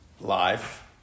life